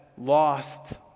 lost